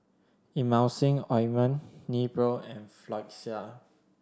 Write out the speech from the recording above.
Emulsying Ointment Nepro and Floxia